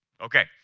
Okay